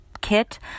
kit